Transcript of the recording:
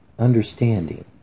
understanding